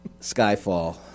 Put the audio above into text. Skyfall